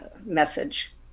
message